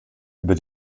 über